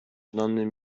znanym